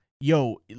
yo